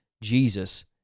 Jesus